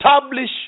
establish